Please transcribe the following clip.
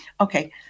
Okay